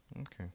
Okay